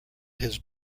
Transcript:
his